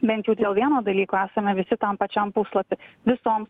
bent jau dėl vieno dalyko esame visi tam pačiam puslapy visom